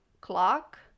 clock